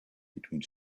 between